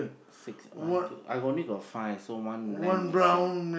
six one two I only got five so one lamb missing